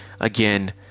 again